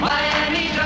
Miami